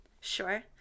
Sure